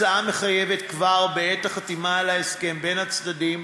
ההצעה מחייבת כבר בעת החתימה על ההסכם בין הצדדים